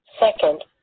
Second